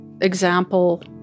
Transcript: example